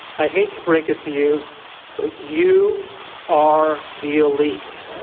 i hate to break it to you, but you are the elite.